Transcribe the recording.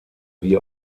wie